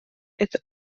это